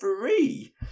three